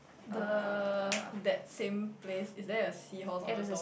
the that same place is there a seahorse on the door